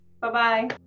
Bye-bye